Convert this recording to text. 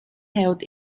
held